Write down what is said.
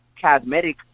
cosmetic